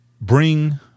Bring